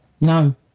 no